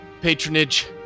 patronage